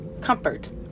comfort